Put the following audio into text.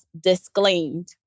disclaimed